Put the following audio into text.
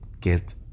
get